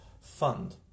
fund